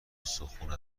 استخون